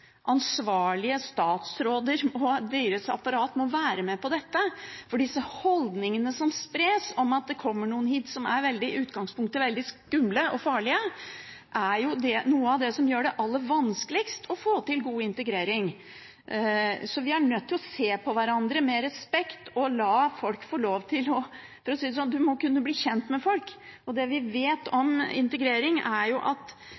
for disse holdningene som spres om at det kommer noen hit som i utgangspunktet er veldig skumle og farlige, er noe av det som gjør det aller vanskeligst å få til god integrering. Vi er nødt til å se på hverandre med respekt og la folk få lov til å bli kjent med hverandre. Det vi vet om integrering, er at dess flere innvandrere folk kjenner, dess mindre redde er de, og da går det